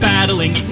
Battling